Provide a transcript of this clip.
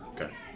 Okay